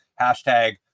Hashtag